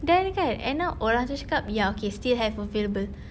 then kan end up orang itu cakap ya okay still have available